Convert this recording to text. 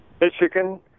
Michigan